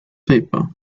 paper